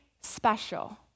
special